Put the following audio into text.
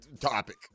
topic